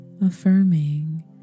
affirming